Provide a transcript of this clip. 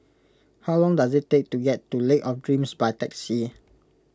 how long does it take to get to Lake of Dreams by taxi